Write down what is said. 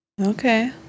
Okay